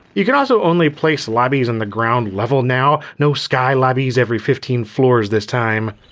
you can also only place lobbies on the ground level now, no sky lobbies every fifteen floors this time.